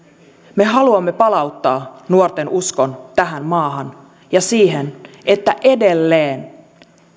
me haluamme palauttaa nuorten uskon tähän maahan ja siihen että edelleen